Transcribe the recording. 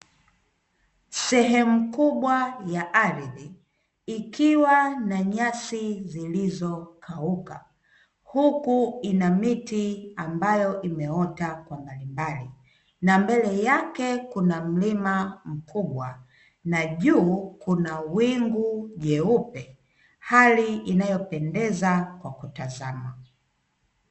Sehemu kubwa ya ardhi ikiwa na nyasi zilizokauka, huku ina miti ambayo imeota kwa mbalimbali, na mbele yake kuna mlima mkubwa, na juu kuna wingu jeupe hali inayopendeza kwa kutazama.